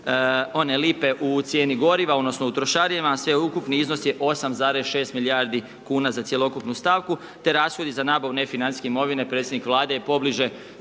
one lipe u cijeni goriva, odnosno, u trošarinama, a sveukupni iznos je 8,6 milijardi kn, za cjelokupnu stavku, te rashodi za nabavu nefinancijske imovine predsjednik vlade je pobliže